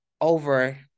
over-